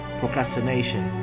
procrastination